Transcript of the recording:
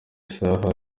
isaha